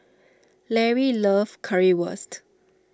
Lary loves Currywurst